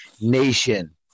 Nation